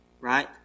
right